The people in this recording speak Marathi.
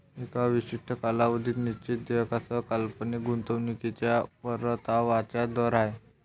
एका विशिष्ट कालावधीत निश्चित देयकासह काल्पनिक गुंतवणूकीच्या परताव्याचा दर आहे